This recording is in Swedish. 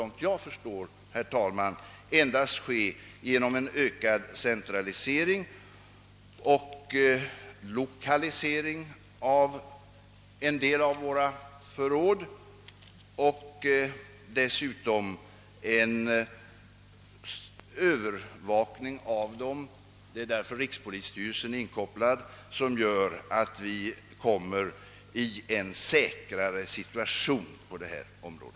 Såvitt jag förstår kan det endast ske genom en ökad centralisering av lokaliseringen av en del förråd samt övervakningen av dem. Det är därför rikspolisstyrelsen blivit inkopplad på saken; därigenom kan vi åstadkomma ännu större säkerhet.